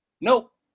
Nope